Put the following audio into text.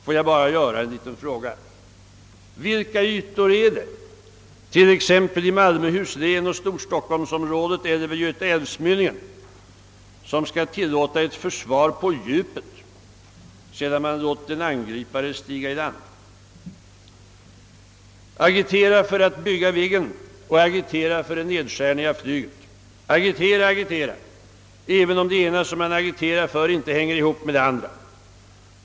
Får man fråga: Vilka ytor är det i t.ex. Malmöhus län, storstockholmsområdet eller vid Göta älv-mynningen som skall medge ett försvar »på djupet» sedan man låtit en angripare stiga i land? Agitera för att bygga Viggen och agitera för en nedskärning av flyget? Agitera, agitera, även om det ena man agiterar för inte hänger ihop med det andra.